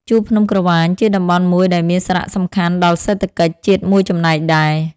ជួរភ្នំក្រវាញ ជាតំបន់មួយដែលមានសារសំខាន់ដល់សេដ្ឋកិច្ច ជាតិមួយចំណែកដែរ ។